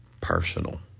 personal